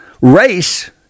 race